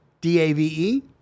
D-A-V-E